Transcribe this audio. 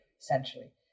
essentially